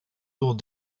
dans